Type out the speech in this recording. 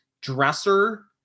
dresser